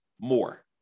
more